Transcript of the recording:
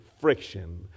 friction